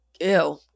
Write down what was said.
ew